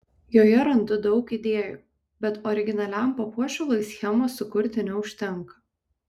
joje randu daug idėjų bet originaliam papuošalui schemos sukurti neužtenka